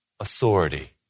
Authority